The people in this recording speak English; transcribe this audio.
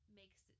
makes